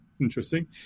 interesting